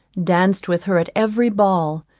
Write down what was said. danced with her at every ball,